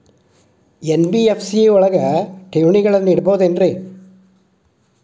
NBFC ಗಳಲ್ಲಿ ಠೇವಣಿಗಳನ್ನು ಇಡಬಹುದೇನ್ರಿ?